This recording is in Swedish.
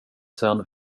sedan